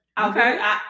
Okay